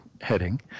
heading